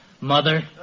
Mother